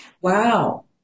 Wow